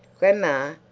grandma,